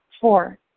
Four